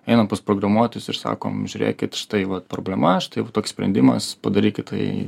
einam pas programuotojus ir sakom žiūrėkit štai va problema štai va toks sprendimas padarykit tai